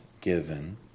given